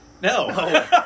no